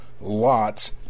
lots